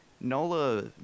Nola